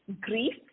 grief